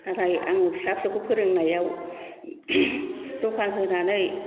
नाथाय आङो फिसा फिसौखौ फोरोंनायाव दखान होनानै